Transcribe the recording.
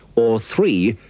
or three.